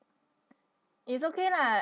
it's okay lah